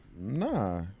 Nah